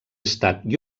estat